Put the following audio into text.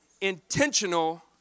intentional